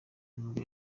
nibwo